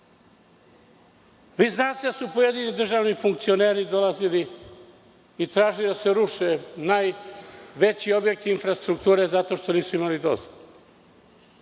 Vi znate da su pojedini državni funkcioneri dolazili i tražili da se ruše najveći objekti infrastrukture zato što nisu imali dozvolu.